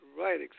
Right